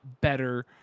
better